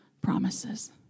promises